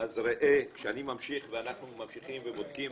אז ראה כשאני ממשיך ואנחנו ממשיכים ובודקים,